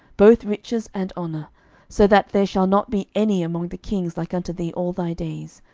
both riches, and honour so that there shall not be any among the kings like unto thee all thy days.